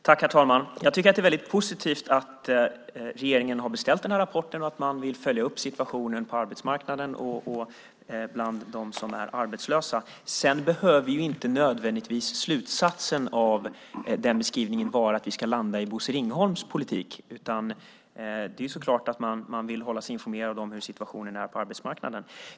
Herr talman! Jag tycker att det är positivt att regeringen har beställt rapporten och att man vill följa upp situationen på arbetsmarknaden bland dem som är arbetslösa. Sedan behöver inte nödvändigtvis slutsatsen av den beskrivningen vara att vi ska landa i Bosse Ringholms politik. Man vill så klart hålla sig informerad om hur situationen är på arbetsmarknaden.